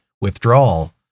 withdrawal